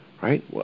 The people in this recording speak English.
right